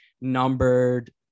numbered